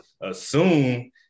assume